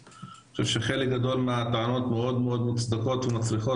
אני חושב שחלק גדול מהטענות מאוד מאוד מוצדקות ומצריכות